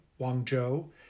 Guangzhou